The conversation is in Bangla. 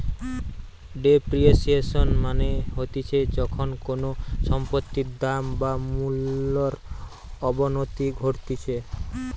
ডেপ্রিসিয়েশন মানে হতিছে যখন কোনো সম্পত্তির দাম বা মূল্যর অবনতি ঘটতিছে